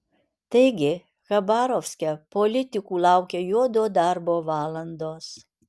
taigi chabarovske politikų laukia juodo darbo valandos